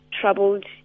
troubled